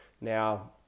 Now